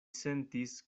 sentis